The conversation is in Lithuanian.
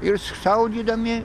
irs šaudydami